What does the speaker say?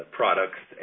products